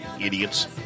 Idiots